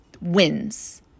wins